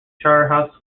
charterhouse